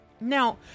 Now